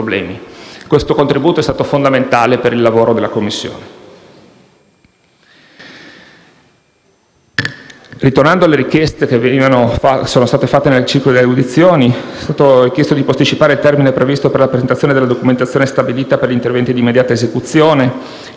loro contributo è stato fondamentale per il lavoro della Commissione.